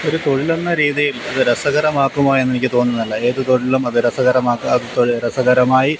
ഒരു തൊഴിലെന്ന രീതിയിൽ അത് രസകരമാക്കുമോ എന്നെനിക്ക് തോന്നുന്നതല്ല ഏത് തൊഴിലും അത് രസകരമാക്കാൻ ആ രസകരമായി